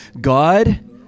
God